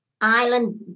island